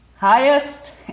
Highest